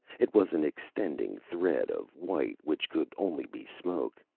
it was an extending thread of white which could only be smoke.